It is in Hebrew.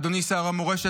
אדוני שר המורשת,